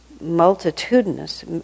multitudinous